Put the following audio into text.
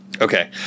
Okay